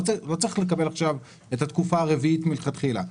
צריך לקבל עכשיו את התקופה הרביעית מלכתחילה.